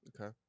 Okay